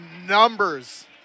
numbers